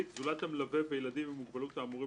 זולת המלווה וילדים עם מוגבלות האמורים